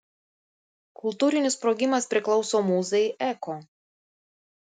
kultūrinis sprogimas priklauso mūzai eko